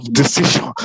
decision